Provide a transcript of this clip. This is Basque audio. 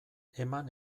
eman